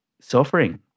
suffering